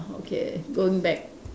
okay going back